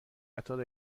قطار